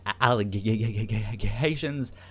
allegations